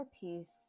piece